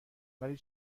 ولی